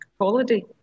holiday